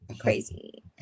Crazy